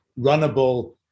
runnable